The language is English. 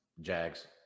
Jags